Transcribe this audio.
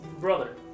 brother